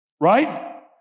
Right